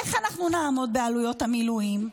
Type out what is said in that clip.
איך אנחנו נעמוד בעלויות המילואים?